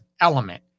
element